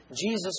Jesus